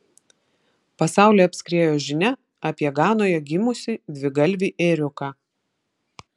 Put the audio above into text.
pasaulį apskriejo žinia apie ganoje gimusį dvigalvį ėriuką